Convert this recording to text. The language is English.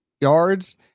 yards